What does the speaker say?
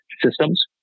systems